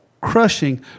crushing